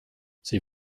sie